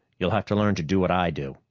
you'll have to learn to do what i do,